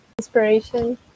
inspiration